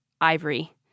ivory